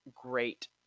great